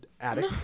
attic